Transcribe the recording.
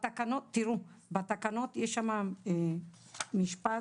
בתקנות יש משפט,